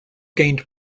gained